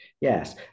Yes